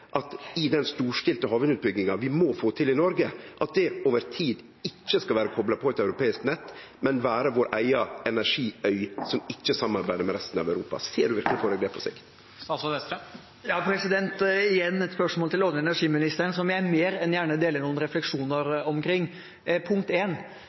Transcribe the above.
at det over tid ikkje skal vere kopla på eit europeisk nett, men at vi skal vere vår eiga energiøy som ikkje samarbeider med resten av Europa? Ser du verkeleg for deg det på sikt? Igjen er det et spørsmål til olje- og energiministeren som jeg mer enn gjerne deler